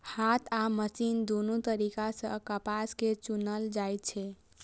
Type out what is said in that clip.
हाथ आ मशीन दुनू तरीका सं कपास कें चुनल जाइ छै